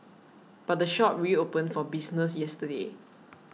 but the shop reopened for business yesterday